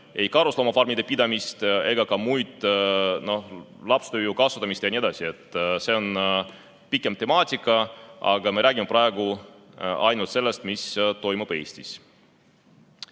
ei karusloomade pidamist ega näiteks lapstööjõu kasutamist. See on pikem temaatika, aga me räägime praegu ainult sellest, mis toimub Eestis.